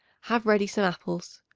have ready some apples.